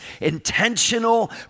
intentional